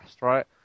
right